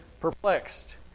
perplexed